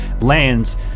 Lands